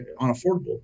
unaffordable